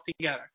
together